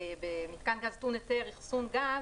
ב"מתקן גז טעון היתר אחסון גז"